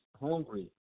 hungry